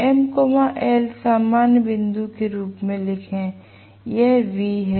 M L सामान्य बिंदु के रूप में लिखें और यह V है